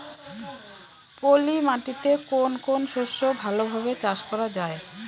পলি মাটিতে কোন কোন শস্য ভালোভাবে চাষ করা য়ায়?